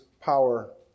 power